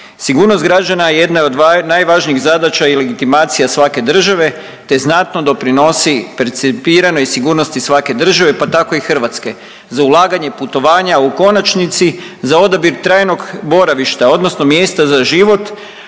Sigurnost građana jedna je od najvažnijih zadaća i legitimacija svake države te znatno doprinosi percipiranoj sigurnosti svake države pa tako i Hrvatske za ulaganje putovanja u konačnici, za odabir trajnog boravišta odnosno mjesta za život,